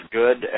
good